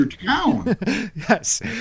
Yes